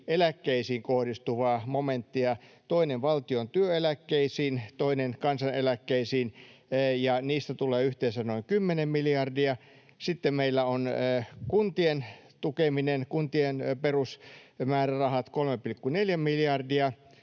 eläkkeisiin kohdistuvaa momenttia, toinen valtion työeläkkeisiin, toinen kansaneläkkeisiin, ja niistä tulee yhteensä noin 10 miljardia. Sitten meillä on kuntien tukeminen, kuntien perusmäärärahat, 3,4 miljardia,